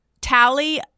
tally